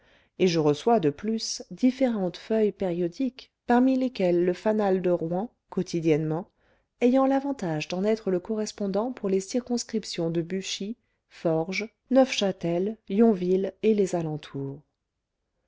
et je reçois de plus différentes feuilles périodiques parmi lesquelles le fanal de rouen quotidiennement ayant l'avantage d'en être le correspondant pour les circonscriptions de buchy forges neufchâtel yonville et les alentours